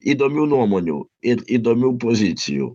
įdomių nuomonių ir įdomių pozicijų